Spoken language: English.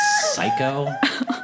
psycho